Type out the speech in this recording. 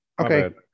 Okay